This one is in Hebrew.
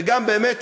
וגם באמת,